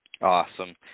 Awesome